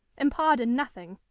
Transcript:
and pardon nothing.